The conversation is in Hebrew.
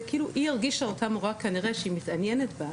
היא הרגישה, אותה מורה, כנראה שהיא מתעניינת בה,